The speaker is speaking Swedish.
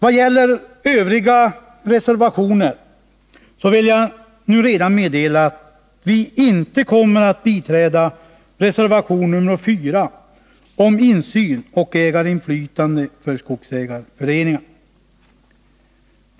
Vad gäller övriga reservationer vill jag redan nu meddela att vi inte kommer att biträda reservation 4 om insyn och ägarinflytande för skogsägarföreningarna.